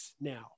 now